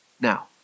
Now